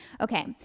Okay